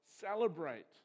Celebrate